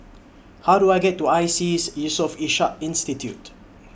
How Do I get to ISEAS Yusof Ishak Institute